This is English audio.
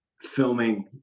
filming